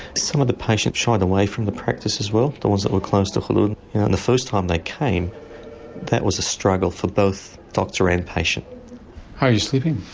some of the patients shied away from the practice as well, the ones that were close to khulod and the first time they came that was a struggle for both doctor and patient. how are you sleeping?